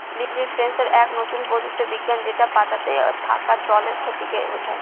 leaf sensor এক নতুন প্রযুক্তি বিজ্ঞান যেটা পাতাতে থাকা জলের ক্ষতিকে বোঝায়